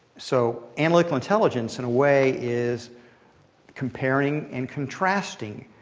so analytical intelligence, in a way, is comparing and contrasting